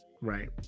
Right